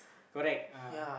correct ah